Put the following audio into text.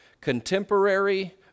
contemporary